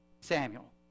Samuel